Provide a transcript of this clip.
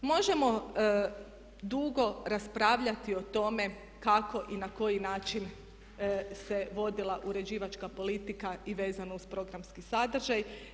Možemo dugo raspravljati o tome kako i na koji način se vodila uređivačka politika i vezano uz programski sadržaj.